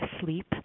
sleep